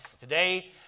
Today